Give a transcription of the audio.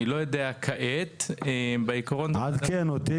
אני לא יודע כעת --- תעדכן אותי,